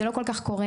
זה לא כל כך קורה.